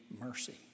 mercy